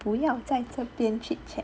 不要在这边 chit chat